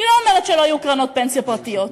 היא לא אומרת שלא יהיו קרנות פנסיה פרטיות,